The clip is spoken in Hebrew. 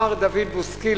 מר דוד בוסקילה,